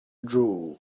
drool